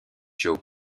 joe